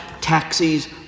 taxis